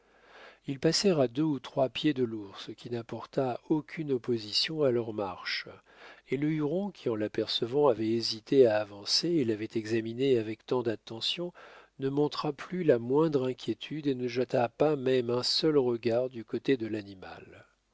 ils passèrent à deux ou trois pieds de l'ours qui n'apporta aucune opposition à leur marche et le huron qui en l'apercevant avait hésité à avancer et l'avait examiné avec tant d'attention ne montra plus la moindre inquiétude et ne jeta pas même un seul regard du côté de l'animal